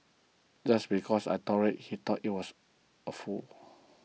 just because I tolerated he thought I was a fool